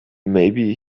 maybe